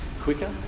quicker